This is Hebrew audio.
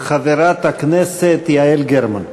חברת הכנסת יעל גרמן.